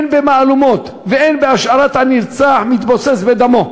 הן במהלומות והן בהשארת הנרצח מתבוסס בדמו.